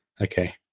okay